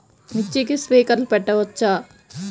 మిర్చికి స్ప్రింక్లర్లు పెట్టవచ్చా?